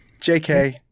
JK